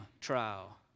trial